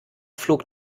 flog